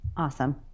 Awesome